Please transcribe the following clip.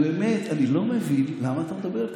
באמת אני לא מבין למה אתה מדבר ככה.